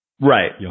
Right